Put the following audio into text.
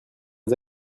les